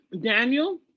Daniel